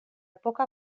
poca